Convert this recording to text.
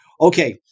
Okay